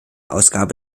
ausgabe